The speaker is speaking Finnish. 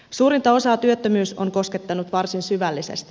suurinta osaa työttömyys on koskettanut varsin syvällisesti